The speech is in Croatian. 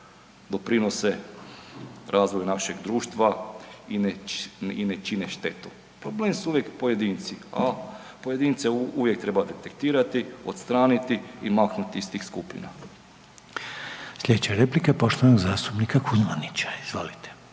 doprinose razvoju našeg društva i ne čine štetu. Problem su uvijek pojedinci, a pojedince uvijek treba detektirati, odstraniti i maknuti iz tih skupina. **Reiner, Željko (HDZ)** Sljedeća replika je poštovanog zastupnika Kuzmanića. Izvolite.